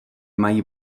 mají